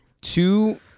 two